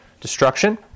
destruction